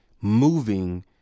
moving